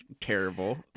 terrible